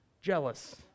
jealous